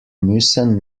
müssen